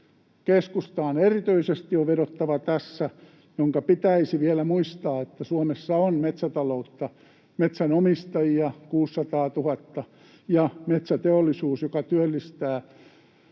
Keskustaan erityisesti on vedottava tässä, jonka pitäisi vielä muistaa, että Suomessa on metsätaloutta, metsänomistajia 600 000 ja metsäteollisuus, joka työllistää